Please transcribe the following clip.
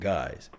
Guys